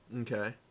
Okay